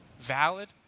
valid